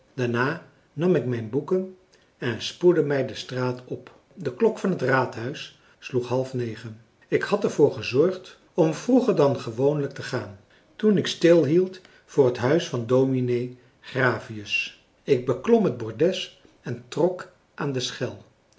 daarna nam ik mijn boeken en spoedde mij de straat op de klok van het raadhuis sloeg halfnegen ik had er voor gezorgd om vroeger dan gewoonlijk te gaan toen ik stilhield voor het huis van dominee gravius ik beklom het bordes en trok aan de schel